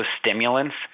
stimulants